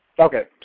Okay